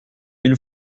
une